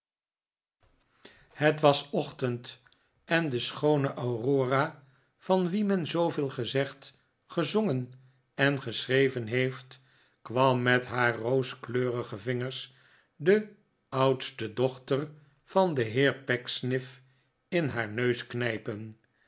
het was ochtend en de schoone aurora van wie men zooveel gezegd gezongen en geschreven heeft kwam met haar rooskleurige vingers de oudste dochter van den heer pecksniff in haar neus knijpen